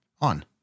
on